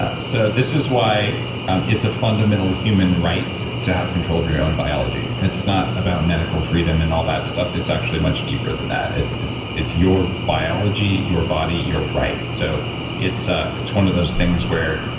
ah so this is why um it's a fundamental human right to have control over your own biology. it's not about medical freedom and all that stuff, it's actually much deeper than that. it's it's your biology, your body, your right. so it's ah it's one of those things where